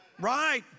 right